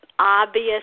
obvious